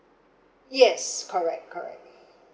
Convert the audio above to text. yes correct correct